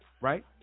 right